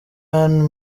ann